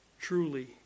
Truly